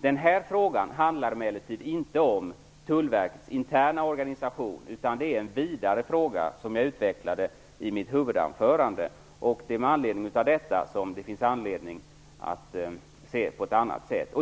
Den här frågan handlar emellertid inte om Tullverkets interna organisation, utan det är en vidare fråga, som jag utvecklade i mitt huvudanförande. Det är därför som det finns anledning att se på detta på ett annat sätt.